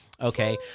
Okay